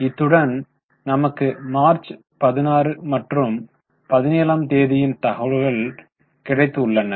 இத்துடன் நமக்கு மார்ச் 16 மற்றும் 17 ஆம் தேதியின் தகவல்கள் கிடைத்து உள்ளன